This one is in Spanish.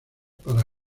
para